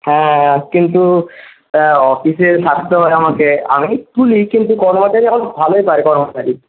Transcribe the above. হ্যাঁ কিন্তু অফিসেই থাকতে হয় আমাকে আমি তুলি কিন্তু কর্মচারী এখন ভালোই পারে কর্মচারী